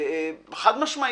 חד-משמעית: